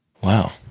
Wow